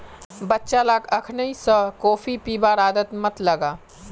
बच्चा लाक अखनइ स कॉफी पीबार आदत मत लगा